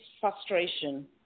frustration